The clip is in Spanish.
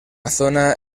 zona